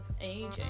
aging